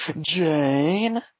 Jane